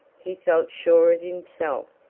he felt sure of himself.